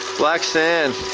black sand,